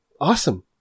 awesome